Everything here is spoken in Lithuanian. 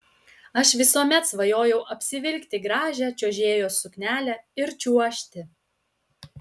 aš visuomet svajojau apsivilkti gražią čiuožėjos suknelę ir čiuožti